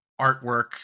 artwork